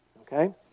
Okay